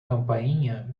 campainha